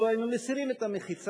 שאילו היינו מסירים את המחיצה,